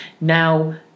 Now